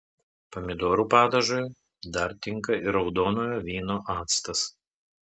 pomidorų padažui dar tinka ir raudonojo vyno actas